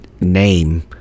name